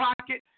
pocket